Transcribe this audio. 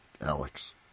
Alex